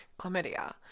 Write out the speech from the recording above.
chlamydia